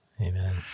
Amen